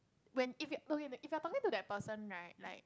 when if it okay if you're talking to that person right like